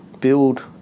build